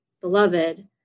beloved